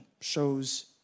shows